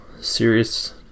serious